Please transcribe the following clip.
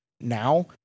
now